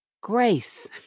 grace